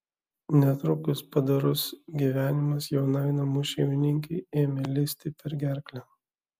netrukus padorus gyvenimas jaunai namų šeimininkei ėmė lįsti per gerklę